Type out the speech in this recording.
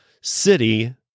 city